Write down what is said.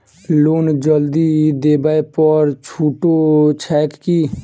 Loan जल्दी देबै पर छुटो छैक की?